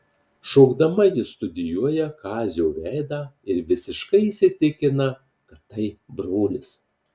šokdama ji studijuoja kazio veidą ir visiškai įsitikina kad tai brolis